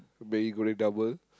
mee goreng double